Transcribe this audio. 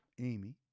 Amy